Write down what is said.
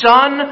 Son